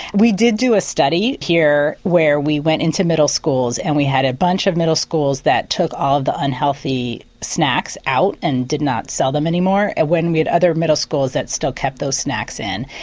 we did do a study here where we went into middle schools and we had a bunch of middle schools that took all the unhealthy snacks out and did not sell them anymore and we had other middle schools that still kept those snacks in.